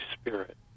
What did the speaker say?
Spirit